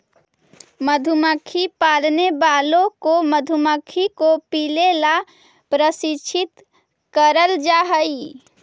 मधुमक्खी पालने वालों को मधुमक्खी को पीले ला प्रशिक्षित करल जा हई